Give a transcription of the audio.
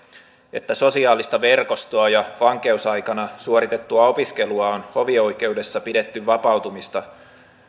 että sosiaalista verkostoa ja van keusaikana suoritettua opiskelua on hovioikeudessa pidetty vapautumista